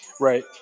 Right